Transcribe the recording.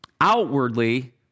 outwardly